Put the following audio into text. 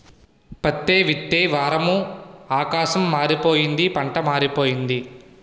పత్తే విత్తే వారము ఆకాశం మారిపోయింది పంటా మారిపోయింది